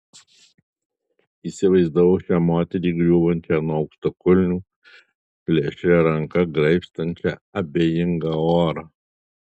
įsivaizdavau šią moterį griūvančią nuo aukštakulnių plėšria ranka graibstančią abejingą orą